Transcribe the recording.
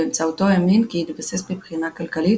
באמצעותו האמין כי יתבסס מבחינה כלכלית